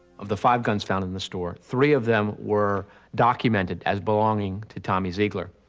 of the five guns found in the store, three of them were documented as belonging to tommy zeigler.